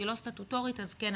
שהיא לא סטטוטורית אז כן,